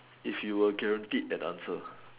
if you were guaranteed an answer